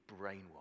brainwashed